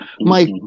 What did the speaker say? Mike